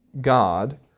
God